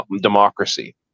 democracy